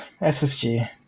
SSG